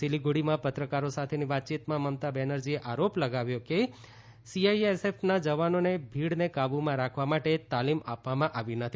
સિલિગુડીમાં પત્રકારો સાથેની વાતચીતમાં મમતા બેનર્જીએ આરોપ લગાવ્યો કે સીઆઈએસએફના જવાનોને ભીડને કાબૂમાં રાખવા માટે તાલીમ આપવામાં આવી નથી